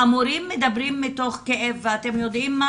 המורים מדברים מתוך כאב ואתם יודעים מה,